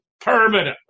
Permanently